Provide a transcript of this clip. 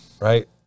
right